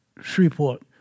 Shreveport